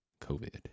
COVID